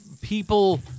people